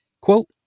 Quote